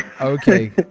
Okay